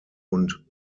und